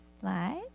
slide